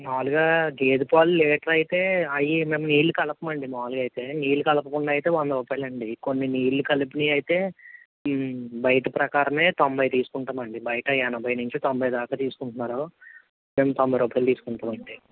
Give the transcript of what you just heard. మామూలుగా గేదె పాలు లీటర్ అయితే అవి మేము నీళ్ళు కలపం అం డి మామూలుగా అయితే నీళ్ళు కలపకుండా అయితే వంద రూపాయలు అండి కొన్ని నీళ్ళు కలిపినవి అయితే బయట ప్రకారం తొంభై తీసుకుంటాం అండి బయట ఎనభై నుంచి తొంభై దాకా తీసుకుంటున్నారు మేం తొంభై రూపాయలు తీసుకుంటాం అంతే